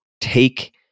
take